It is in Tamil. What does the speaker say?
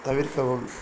தவிர்க்கவும்